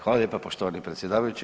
Hvala lijepo poštovani predsjedavajući.